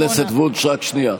חברת הכנסת וונש, רק שנייה.